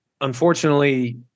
unfortunately